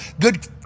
good